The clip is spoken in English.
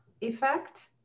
effect